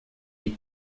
est